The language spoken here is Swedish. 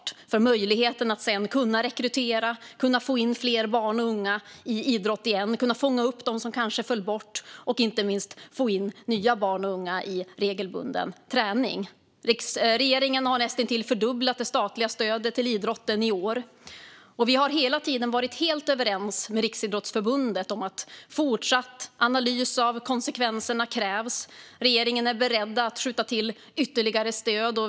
Det handlar om möjligheten att sedan kunna rekrytera och få in fler barn och unga i idrott igen, fånga upp dem som kanske föll bort och inte minst få in nya barn och unga i regelbunden träning. Regeringen har näst intill fördubblat det statliga stödet till idrotten i år, och vi har hela tiden varit helt överens med Riksidrottsförbundet om att fortsatt analys av konsekvenserna krävs. Regeringen är beredd att skjuta till ytterligare stöd.